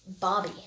Bobby